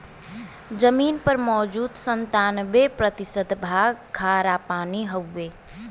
जमीन पर मौजूद सत्तानबे प्रतिशत भाग खारापानी हउवे